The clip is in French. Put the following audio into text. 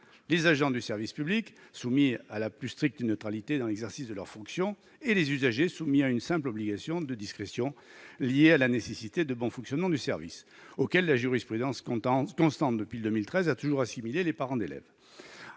les agents du service public, qui doivent respecter la plus stricte neutralité dans l'exercice de leurs fonctions, et les usagers, soumis à une simple obligation de discrétion liée à la nécessité du bon fonctionnement du service, auxquels la jurisprudence constante depuis 2013 a toujours assimilé les parents d'élèves,